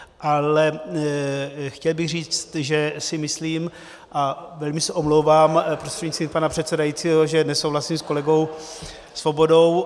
Ale chtěl bych říct, že si myslím, a velmi se omlouvám prostřednictvím pana předsedajícího, že nesouhlasím s kolegou Svobodou.